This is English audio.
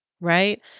right